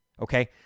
Okay